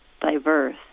diverse